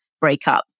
breakup